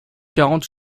quarante